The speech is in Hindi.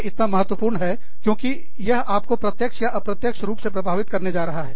यह इतना महत्वपूर्ण है क्योंकि यह आपको प्रत्यक्ष या अप्रत्यक्ष रूप से प्रभावित करने जा रहा है